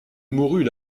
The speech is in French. mourut